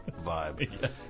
vibe